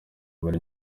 muri